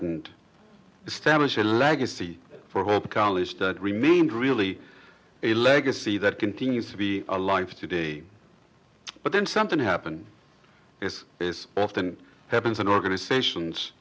n established a legacy for hope college that remained really a legacy that continues to be alive today but then something happened as is often happens in organizations